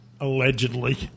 Allegedly